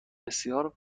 بسیار